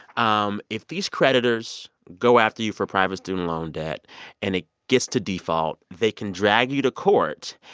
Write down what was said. um if these creditors go after you for private student loan debt and it gets to default, they can drag you to court.